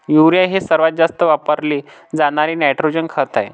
urea हे सर्वात जास्त वापरले जाणारे नायट्रोजन खत आहे